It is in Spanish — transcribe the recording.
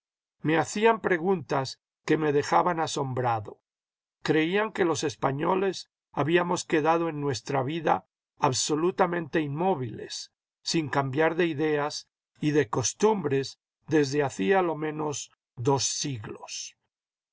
me hacían preguntas que me dejaban asombrado creían que los españoles habíamos quedado en nuestra vida absolutamicnte inmóviles sin cambiar de ideas y de costumbres desde hacía lo menos dos siglos